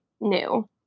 new